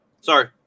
Sorry